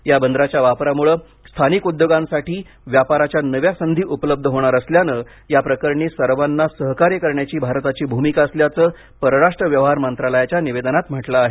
या बंदराच्या वापरामुळे स्थानिक उद्योगांसाठी व्यापाराच्या नव्या संधी उपलब्ध होणार असल्यानं या प्रकरणी सर्वांना सहकार्य करण्याची भारताची भूमिका असल्याचं परराष्ट्र व्यवहार मंत्रालयाच्या निवेदनात म्हटलं आहे